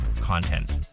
Content